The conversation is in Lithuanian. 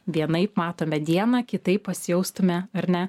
vienaip matome dieną kitaip pasijaustume ar ne